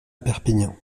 perpignan